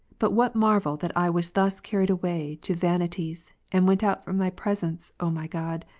but what marvel that i was thus carried away to vanities, and went out from thy presence, o my god,